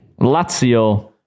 Lazio